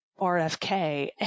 RFK